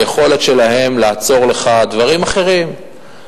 היכולת שלהם לעצור לך דברים אחרים,